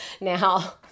now